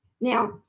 Now